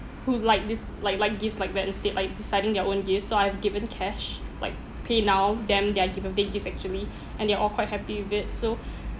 who's like this like like gifts like that instead like deciding their own gifts so I have given cash like paynow them their gi~ their birthday gift actually and they are all quite happy with it so